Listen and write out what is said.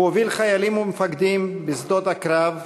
הוא הוביל חיילים ומפקדים בשדות הקרב,